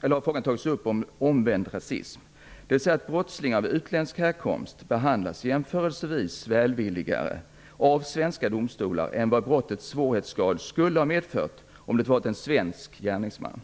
upp frågan om omvänd rasism, dvs. att brottslingar av utländsk härkomst behandlas jämförelsevis välvilligare av svenska domstolar än vad brottets svårighetsgrad skuIle ha medfört om det hade varit en svensk gärningsman.